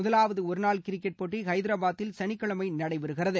முதவாவது ஒருநாள் கிரிக்கெட் போட்டி ஹைதராபாதில் சனிக்கிழமை நடைபெறுகிறது